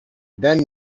then